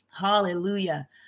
Hallelujah